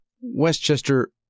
Westchester